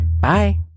Bye